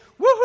Woohoo